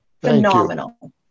phenomenal